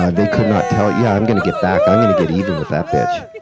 ah they could not tell yeah, i'm gonna get back i'm gonna get even with that bitch.